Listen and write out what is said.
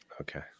Okay